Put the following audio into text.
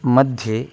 मध्ये